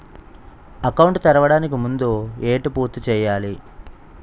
Account తెరవడానికి ముందు ఏంటి పూర్తి చేయాలి?